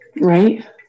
Right